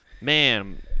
Man